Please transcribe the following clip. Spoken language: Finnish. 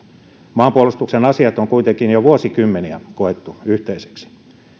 maanpuolustuksen asiat on kuitenkin jo vuosikymmeniä koettu yhteisiksi